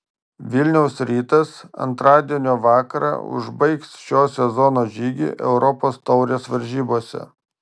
vilniaus rytas antradienio vakarą užbaigs šio sezono žygį europos taurės varžybose